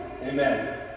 Amen